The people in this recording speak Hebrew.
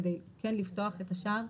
כדי כן לפתוח את השער.